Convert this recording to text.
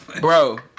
bro